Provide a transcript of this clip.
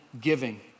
giving